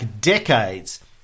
decades